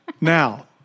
Now